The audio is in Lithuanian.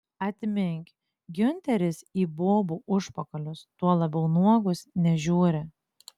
atmink giunteris į bobų užpakalius tuo labiau nuogus nežiūri